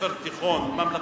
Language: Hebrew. בבית-ספר תיכון ממלכתי,